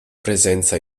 presenza